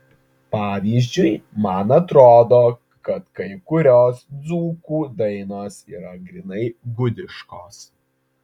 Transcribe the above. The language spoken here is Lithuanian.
pavyzdžiui man atrodo kad kai kurios dzūkų dainos yra grynai gudiškos